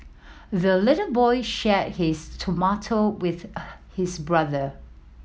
the little boy shared his tomato with her his brother